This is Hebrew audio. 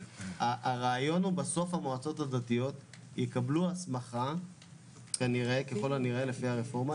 הרעיון הוא בסוף המועצות הדתיות יקבלו הסמכה ככל הנראה לפי הרפורמה.